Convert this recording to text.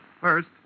first